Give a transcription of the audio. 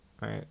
right